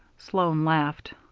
sloan laughed.